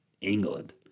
England